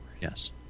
yes